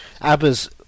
Abba's